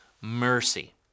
mercy